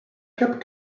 cap